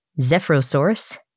Zephyrosaurus